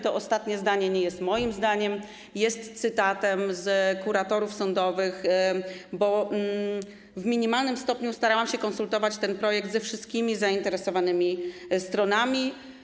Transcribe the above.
To ostatnie zdanie nie jest moim zdaniem, jest cytatem z wypowiedzi kuratorów sądowych, bo w minimalnym stopniu starałam się konsultować ten projekt ze wszystkimi zainteresowanymi stronami.